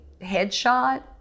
headshot